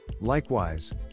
Likewise